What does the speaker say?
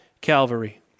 Calvary